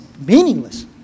meaningless